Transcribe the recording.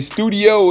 Studio